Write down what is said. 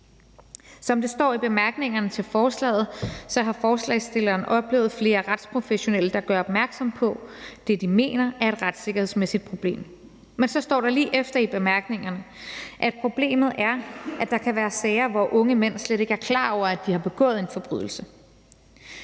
Som det står i bemærkningerne til forslaget, har forslagsstilleren oplevet flere retsprofessionelle, der gør opmærksom på, at de mener, at det er et retssikkerhedsmæssigt problem. Men så står der lige efter i bemærkningerne, at problemet er, at der kan være sager, hvor unge mænd slet ikke er klar over, at de har begået forbrydelse.